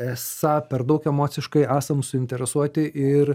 esą per daug emociškai esam suinteresuoti ir